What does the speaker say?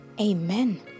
Amen